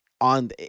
on